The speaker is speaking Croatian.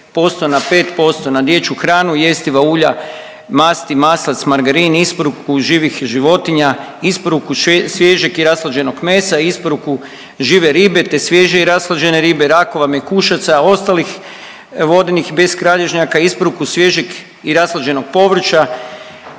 na 5% na dječju hranu, jestiva ulja, masti, maslac, margarin, isporuku živih životinja, isporuku svježeg i rashlađenog mesa, isporuku žive ribe, te svježe i rashlađene ribe, rakova mekušaca, ostalih vodenih beskralježnjaka, isporuku svježeg i rashlađenog povrća,